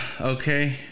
Okay